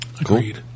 Agreed